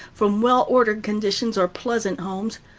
from well-ordered conditions, or pleasant homes.